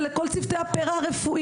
ולכל צוותי הפרא-רפואי,